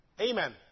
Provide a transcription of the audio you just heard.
Amen